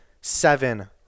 seven